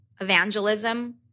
evangelism